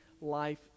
life